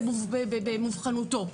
במובחנותו.